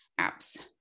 apps